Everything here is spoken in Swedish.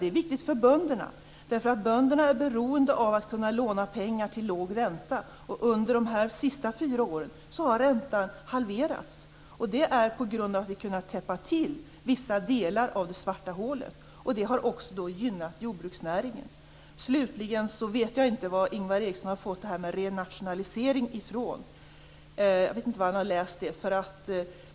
Det är viktigt för bönderna, därför att bönderna är beroende av att kunna låna pengar till låg ränta. Och under de senaste fyra åren har räntan halverats. Det har skett på grund av att vi har kunnat täppa till vissa delar av det svarta hålet. Det har också gynnat jordbruksnäringen. Slutligen vet jag inte vad Ingvar Eriksson har fått detta med renationalisering ifrån. Jag vet inte var han har läst det.